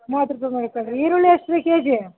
ಮೂವತ್ತು ರೂಪಾಯಿ ಮಾಡಿಕೊಳ್ರೀ ಈರುಳ್ಳಿ ಎಷ್ಟು ರೀ ಕೆ ಜಿ